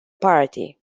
party